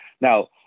Now